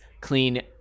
clean